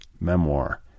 memoir